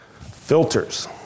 Filters